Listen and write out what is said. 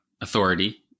authority